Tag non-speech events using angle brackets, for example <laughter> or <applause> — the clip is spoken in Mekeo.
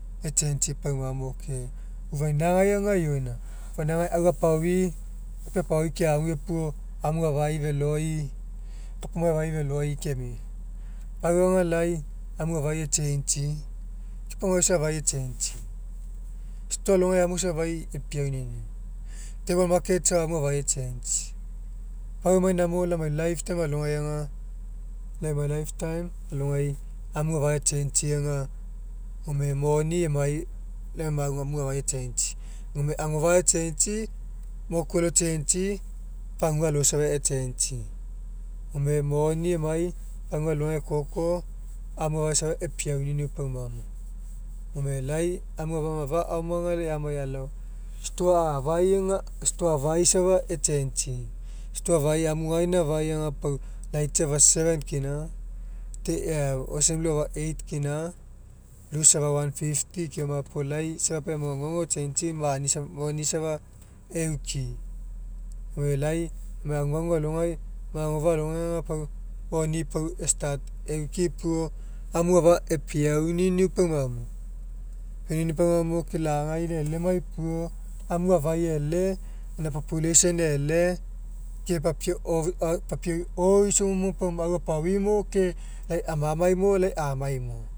Echangei paumamo ke ufainagai aga ioina ufainagai au apui papiau apaoi keague puo amu afai feloi. Kapa maoai afai feloi amia pau aga lai amu afai echangei kapa maoai safa echangei stoa alogai amu isa afai epiauniniu table market safa amu afai echangei pau emai inamo lai emai life time alogai aga lai emai life time algogai amu afai echangei agofa'a echangei moku alo echangei pagua alo safa echangei gome moni emai pagua alogai ekoko amu afai safa apiauniniu paumamo gome lai amu ama'afa aoma aga lai amai alao stoa a'afai aga stoa afai safa echangei stoa afai amu gaina afai aga pau laitsi afa seven kina ke ia ocean blue afa eight kina noodles afa one fifty keoma puo lai safa pau emai aguagu echangei <noise> monio safa euki. Gome lai emai aguagu alogai agofa'a alogai aga pau moni pau estart eula puo ami afa epiauniniu paumamo, epiauniniu paumamo ke lagai e'elemai puo amu afai e'ele ina population e'ele ke papiau o au papiau oisomo puo mo au ke lai amamai mo lai amai mo